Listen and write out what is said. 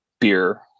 beer